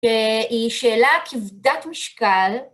והיא שאלה כבדת משקל.